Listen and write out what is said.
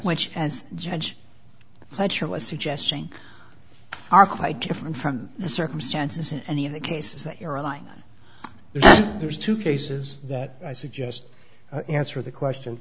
which as judge pleasure was suggesting are quite different from the circumstances in any of the cases that you're a line there's two cases that i suggest you answer the question